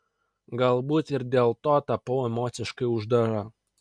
galbūt ir dėl to tapau emociškai uždara